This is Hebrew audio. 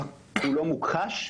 הוא לא מוכחש?